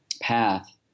Path